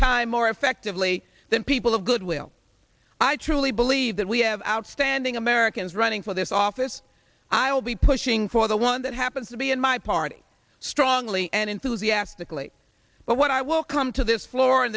time more effectively than people of goodwill i truly believe that we have outstanding americans running for this office i will be pushing for the one that happens to be in my party strongly and enthusiastically but what i will come to this floor